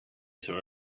saw